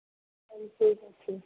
ଠିକ୍ ଅଛି